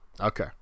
Okay